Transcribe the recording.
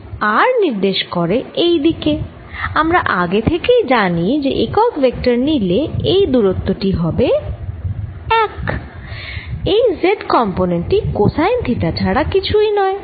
r নির্দেশ করে এই দিকে আমরা আগে থেকেই জানি যে একক ভেক্টর নিলে এই দুরত্ব টি হবে 1 এই z কম্পোনেন্ট টি কোসাইন থিটা ছাড়া কিছুই নয়